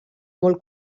molt